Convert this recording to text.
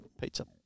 Pizza